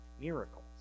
miracles